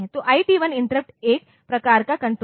तो IT1 interrupt 1 प्रकार का कण्ट्रोल है